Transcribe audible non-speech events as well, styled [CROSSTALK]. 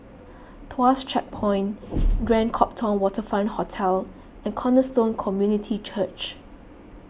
Tuas Checkpoint [NOISE] Grand Copthorne Waterfront Hotel and Cornerstone Community Church